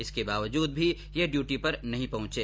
इसके बावजूद भी यह डयूटी पर नहीं पहचे